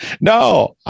No